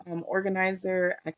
Organizer